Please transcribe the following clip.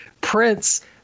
Prince